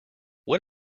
what